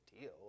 deal